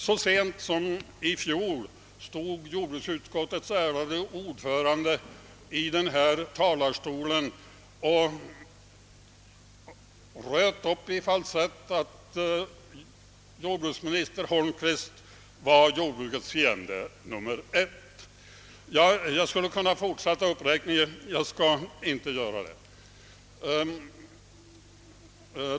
Så sent som i fjol stod jordbruksutskottets ärade ordförande i denna talarstol och röt i falsett att jordbruksminister Holmqvist var jordbrukets fiende nummer ett. Jag skulle kunna fortsätta uppräkningen, men jag skall inte göra det.